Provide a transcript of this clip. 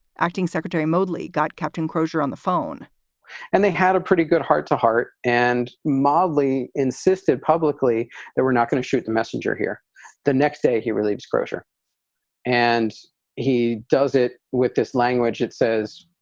acting secretary moodley got captain crozier on the phone and they had a pretty good heart to heart and molly insisted publicly that we're not going to shoot the messenger here the next day he really. crozier and he does it with this language. it says,